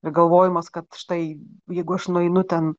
ir galvojimas kad štai jeigu aš nueinu ten